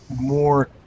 more